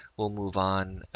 we'll move on,